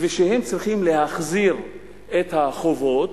והם צריכים להחזיר את החובות,